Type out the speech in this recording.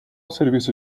serviço